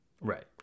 Right